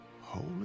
Holy